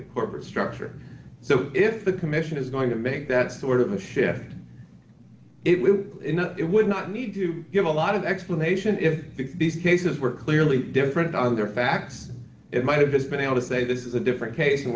at corporate structure so if the commission is going to make that sort of a shift it would it would not need to give a lot of explanation if these cases were clearly different on their facts it might have been able to say this is a different case and